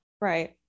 Right